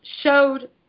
showed